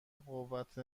قوت